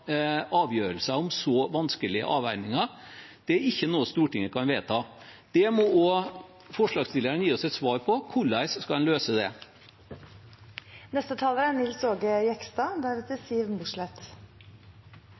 avgjørelser om så vanskelige avveininger. Det er ikke noe Stortinget kan vedta. Det må også forslagsstillerne gi oss et svar på: Hvordan skal en løse det? Som avdanka bonde har jeg lyst til å ta ordet i denne saken, for jeg er